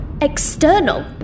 External